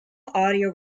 audio